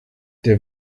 der